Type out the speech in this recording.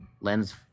lens